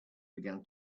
began